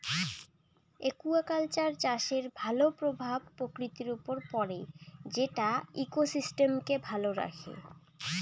aquaculture চাষের ভাল প্রভাব প্রকৃতির উপর পড়ে যেটো ইকোসিস্টেমকে ভালো রাখঙ